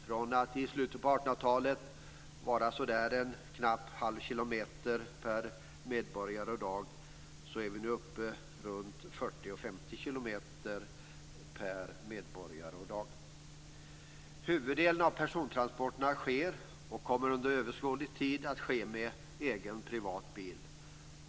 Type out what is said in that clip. Från att i slutet av 1800 talet vara knappt en halv kilometer per medborgare och dag är vi nu uppe runt 40-50 kilometer per medborgare och dag. Huvuddelen av persontransporterna sker och kommer under överskådlig tid att ske med egen privat bil.